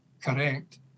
correct